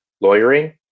lawyering